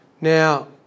Now